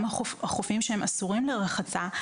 גם החופים שאסורים לרחצה,